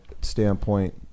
standpoint